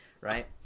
right